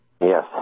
Yes